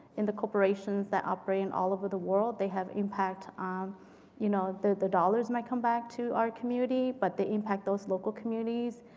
in the corporations that operate and all over the world, they have impact um you know, the the dollars might come back to our community, but they impact those local communities.